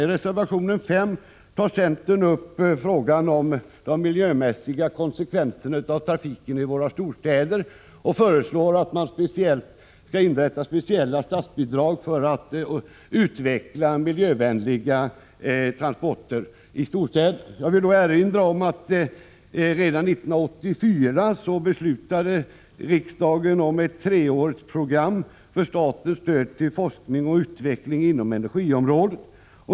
I reservation 5 tar centern upp frågan om de miljömässiga konsekvenserna av trafiken i våra storstäder och föreslår att det skall inrättas speciella statsbidrag för att utveckla miljövänliga transporter i storstäderna. Jag vill då erinra om att riksdagen redan 1984 beslutade om ett treårsprogram för statens stöd till forskning och utveckling inom energiområdet.